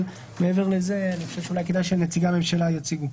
אבל מעבר לזה אולי כדאי שנציגי הממשלה יציגו.